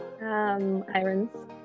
Irons